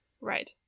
Right